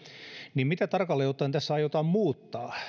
niin mitä tarkalleen ottaen tässä aiotaan muuttaa